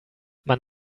man